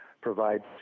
provide